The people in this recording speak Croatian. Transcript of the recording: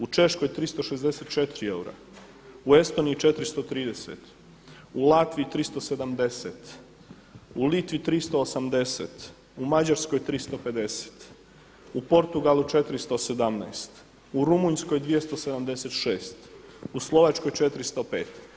U Češkoj 364 eura, u Estoniji 430, u Latviji 370, u Litvi 380, u Mađarskoj 350, u Portugalu 417, u Rumunjskoj 276, u Slovačkoj 405.